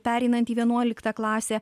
pereinant į vienuoliktą klasę